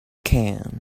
can